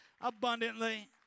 abundantly